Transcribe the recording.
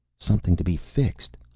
something to be fixed,